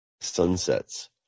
Sunsets